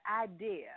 idea